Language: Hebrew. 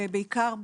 בעיקר,